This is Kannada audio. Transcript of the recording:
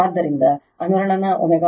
ಆದ್ದರಿಂದ ಅನುರಣನ ω0 1 √L C ನಲ್ಲಿ ತಿಳಿದಿದೆ